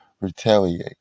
retaliate